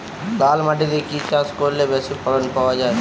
লাল মাটিতে কি কি চাষ করলে বেশি ফলন পাওয়া যায়?